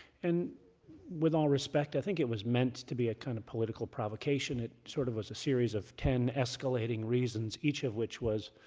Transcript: and with all respect, i think it was meant to be a kind of political provocation. it sort of was a series of ten escalating reasons, each of which was